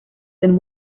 than